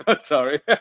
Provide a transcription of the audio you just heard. Sorry